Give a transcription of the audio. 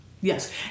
Yes